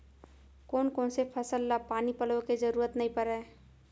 कोन कोन से फसल ला पानी पलोय के जरूरत नई परय?